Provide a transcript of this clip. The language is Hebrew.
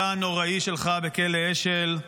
בתא הנוראי שלך בכלא אשל,